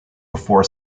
before